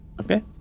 Okay